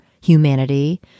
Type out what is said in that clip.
humanity